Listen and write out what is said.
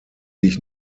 sich